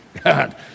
God